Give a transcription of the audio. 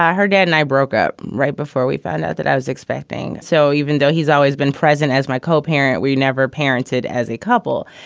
her dad and i broke up right before we found out that i was expecting. so even though he's always been present as my co-parent, we never parenthood as a couple.